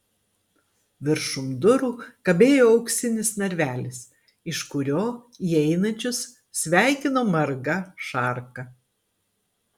viršum durų kabėjo auksinis narvelis iš kurio įeinančius sveikino marga šarka